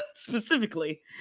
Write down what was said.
specifically